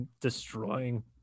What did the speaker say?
destroying